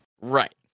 right